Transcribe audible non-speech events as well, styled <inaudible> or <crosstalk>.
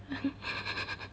<laughs>